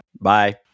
Bye